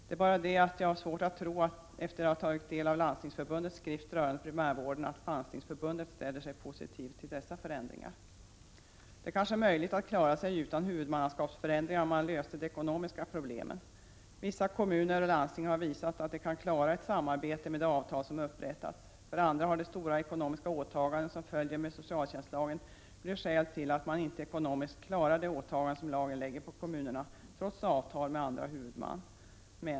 Efter att ha tagit del av Landstingsförbundets skrift rörande primärvården har jag emellertid svårt att tro att Landstingsförbundet ställer sig positivt till dessa förändringar. Det är kanske möjligt att klara sig utan huvudmannaskapsförändringar om man löser de ekonomiska problemen. Vissa kommuner och landsting har visat att de kan klara ett samarbete med de avtal som upprättats. För andra har de stora ekonomiska åtaganden som följer med socialtjänstlagen blivit orsak till att man inte ekonomiskt klarar de åtaganden som lagen lägger på kommunerna trots avtal med andra huvudmän.